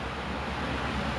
this uh